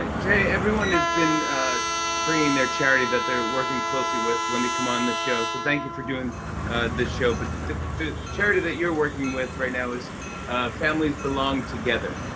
ah j, everyone has been bringing their charity that they're working closely with when they come on the show, so thank you for doing this show. but the the charity that you're working with right now is families belong together.